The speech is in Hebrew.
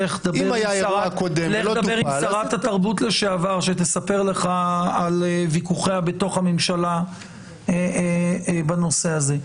לך דבר עם שרת התרבות לשעבר שתספר לך על ויכוחיה בממשלה בנושא הזה.